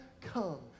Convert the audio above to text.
come